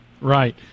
Right